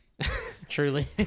Truly